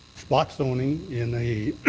spot zoning in a